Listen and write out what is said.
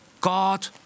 God